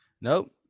Nope